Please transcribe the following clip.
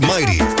Mighty